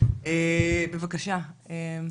בבקשה מריה.